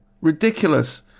ridiculous